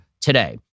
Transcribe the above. today